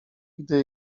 gdy